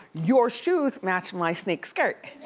your shoes match my sneak skirt.